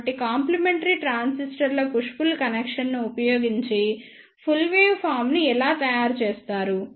కాబట్టి కాంప్లిమెంటరీ ట్రాన్సిస్టర్ల push pull కనెక్షన్ను ఉపయోగించి ఫుల్ వేవ్ ఫార్మ్ ని ఎలా తయారు చేస్తారు